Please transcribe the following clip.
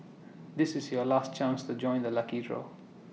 this is your last chance to join the lucky draw